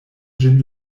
ĝin